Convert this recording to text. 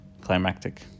climactic